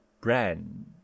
brand